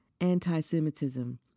anti-Semitism